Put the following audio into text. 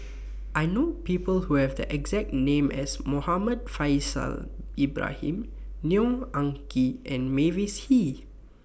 I know People Who Have The exact name as Muhammad Faishal Ibrahim Neo Anngee and Mavis Hee